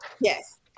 Yes